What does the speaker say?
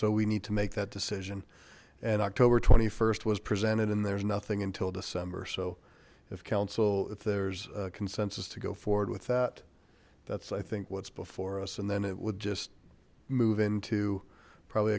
so we need to make that decision and october st was presented and there's nothing until december so if council if there's consensus to go forward with that that's i think what's before us and then it would just move into probably